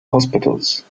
hospitals